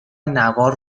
نوار